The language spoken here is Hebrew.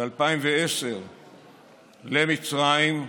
ב-2010 למצרים,